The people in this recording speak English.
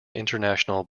international